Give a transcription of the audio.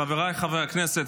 חבריי חברי הכנסת,